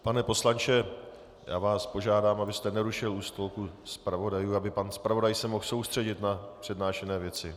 Pane poslanče, já vás požádám, abyste nerušil u stolku zpravodajů, aby se pan zpravodaj se mohl soustředit na přednášené věci.